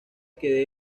que